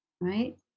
right